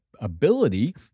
ability